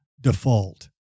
default